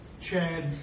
Chad